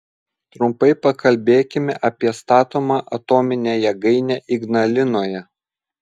trumpai pakalbėkime apie statomą atominę jėgainę ignalinoje